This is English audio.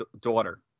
daughter